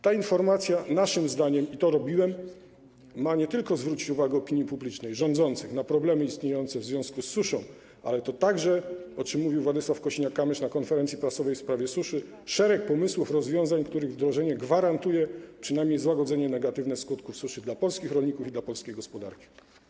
Ta informacja naszym zdaniem, i to mówiłem, ma nie tylko zwrócić uwagę opinii publicznej, rządzących na problemy istniejące w związku z suszą, ale to także, o czym mówił Władysław Kosiniak-Kamysz na konferencji prasowej w sprawie suszy, szereg pomysłów, rozwiązań, których wdrożenie gwarantuje przynajmniej złagodzenie negatywnych skutków suszy dla polskich rolników i dla polskiej gospodarki.